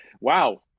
wow